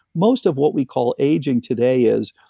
most of what we call aging today is,